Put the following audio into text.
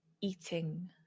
eating